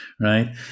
right